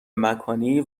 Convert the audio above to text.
مکانی